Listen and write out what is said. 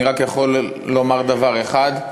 אני רק יכול לומר דבר אחד,